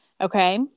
Okay